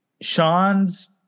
Sean's